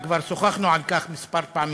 וכבר שוחחנו על כך כמה פעמים,